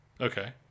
Okay